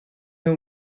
nhw